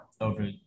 over